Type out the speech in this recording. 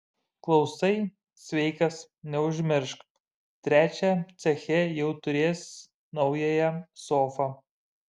klausai sveikas neužmiršk trečią ceche jau turės naująją sofą